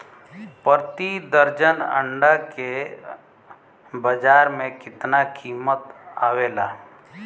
प्रति दर्जन अंडा के बाजार मे कितना कीमत आवेला?